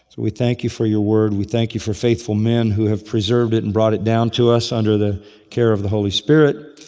we thank you for your word, we thank you for faithful men who have preserved it and brought it down to us under the care of the holy spirit.